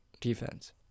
defense